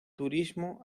turismo